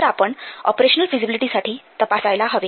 तर आपण ऑपरेशनल फिजिबिलिटीसाठी तपासायला हवे